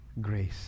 grace